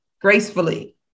gracefully